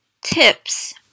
tips